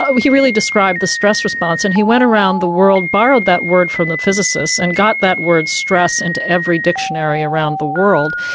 ah he really described the stress response and he went around the world, borrowed that word from the physicists, and got that word stress into every dictionary around the world.